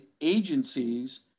agencies